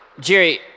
Jerry